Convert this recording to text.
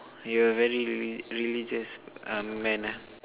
you are very really religious uh man ah